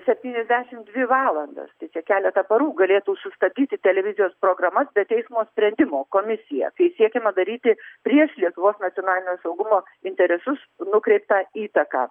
septyniasdešimt dvi valandas tai čia keletą parų galėtų sustatyti televizijos programas be teismo sprendimo komisija kai siekiama daryti prieš lietuvos nacionalinio saugumo interesus nukreiptą įtaką